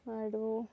আৰু